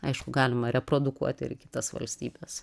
aišku galima reprodukuoti ir į kitas valstybes